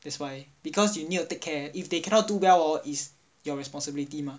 that's why because you need to take care if they cannot do well hor it's your responsibility mah